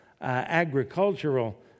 agricultural